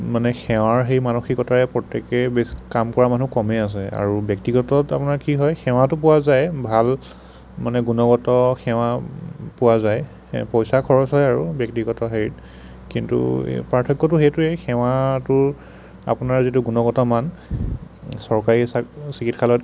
মানে সেৱাৰ সেই মানসিকতাৰে প্ৰত্যেকেই বেছ কাম কৰা মানুহ কমেই আছে আৰু ব্যক্তিগতত তাৰ মানে কি হয় সেৱাটো পোৱা যায় ভাল মানে গুণগত সেৱা পোৱা যায় পইচা খৰচ হয় আৰু ব্যক্তিগত হেৰিত কিন্তু পাৰ্থক্যটো সেইটোৱেই সেৱাটোৰ আপোনাৰ যিটো গুণগত মান চৰকাৰী চিকিৎসালয়ত